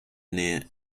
near